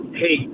hey